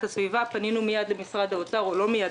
הסביבה בנושא שלא היה מוכר לנו קודם,